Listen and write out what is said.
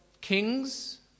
kings